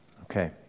Okay